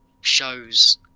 shows